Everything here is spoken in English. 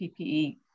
PPE